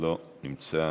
לא נמצא.